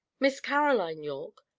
miss caroline yorke,